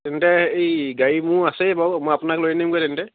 তেন্তে এই গাড়ী মোৰ আছে বাৰু মই আপোনাক লৈ আনিমগৈ তেন্তে